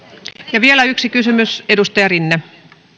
ja vielä yksi kysymys edustaja rinne arvoisa puhemies